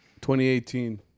2018